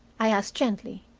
i asked gently.